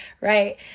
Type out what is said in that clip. right